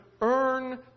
earn